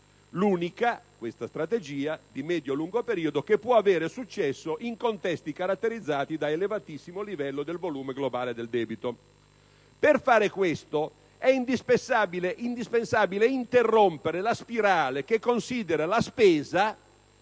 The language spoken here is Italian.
una credibile strategia di medio-lungo periodo, l'unica che può avere successo in contesti caratterizzati da elevatissimo livello del volume globale del debito. Per fare questo è indispensabile interrompere la spirale che considera la spesa